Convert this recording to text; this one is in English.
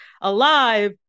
alive